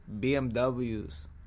BMWs